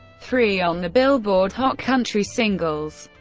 three on the billboard hot country singles.